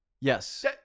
Yes